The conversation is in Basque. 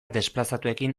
desplazatuekin